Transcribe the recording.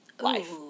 life